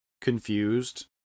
confused